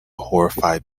horrified